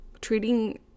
treating